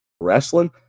wrestling